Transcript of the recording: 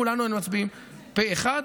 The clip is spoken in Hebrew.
כולנו היינו מצביעים פה אחד.